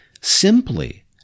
simply